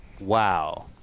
Wow